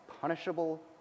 punishable